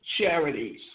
charities